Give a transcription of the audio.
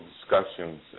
discussions